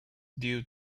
due